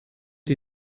die